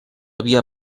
havia